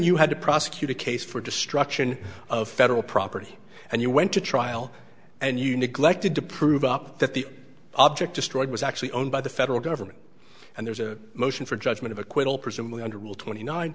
you had to prosecute a case for destruction of federal property and you went to trial and you neglected to prove up that the object destroyed was actually owned by the federal government and there's a motion for judgment of acquittal presumably under rule twenty nine